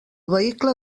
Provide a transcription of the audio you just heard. vehicle